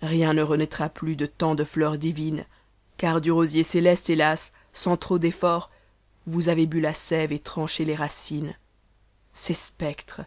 rien ne renaîtra plus de tant de nenrs divines car du rosier céteste hélas sans trop d'ecorts voas avez bu la sève et tranché les racines ces spectres